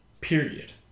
Period